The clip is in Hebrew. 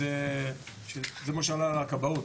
זה מה שעלה לכבאות,